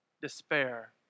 despair